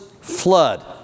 flood